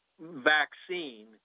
vaccine